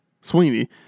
Sweeney